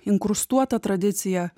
inkrustuotą tradicija